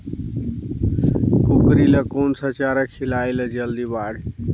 कूकरी ल कोन सा चारा खिलाय ल जल्दी बाड़ही?